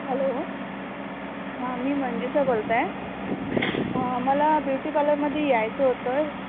hello हां मी मंजुशा बोलत आहे मला ब्युटी पार्लरमध्ये यायचं होतं